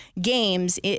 games